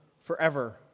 forever